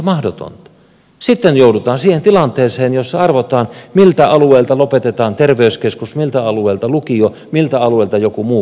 sitten joudutaan siihen tilanteeseen jossa arvotaan miltä alueelta lopetetaan terveyskeskus miltä alueelta lukio miltä alueelta joku muu palvelu tai koulu